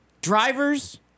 Drivers